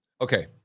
Okay